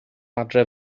adref